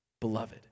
Beloved